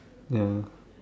ya